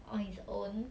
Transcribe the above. on his own